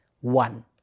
one